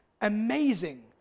amazing